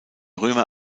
römer